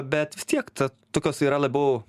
bet vis tiek ta tokios yra labiau